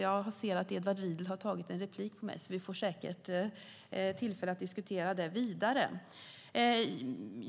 Jag ser att Edward Riedl har begärt replik på mig, så vi får säkert tillfälle att diskutera detta vidare.